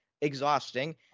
exhausting